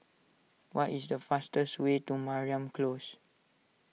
what is the fastest way to Mariam Close